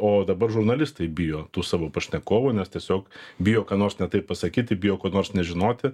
o dabar žurnalistai bijo tų savo pašnekovų nes tiesiog bijo ką nors ne taip pasakyti bijo ko nors nežinoti